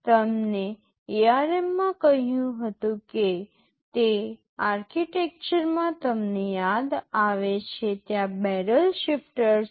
તમને ARM માં કહ્યું હતું કે તે આર્કિટેક્ચરમાં તમને યાદ આવે છે ત્યાં બેરલ શિફ્ટર છે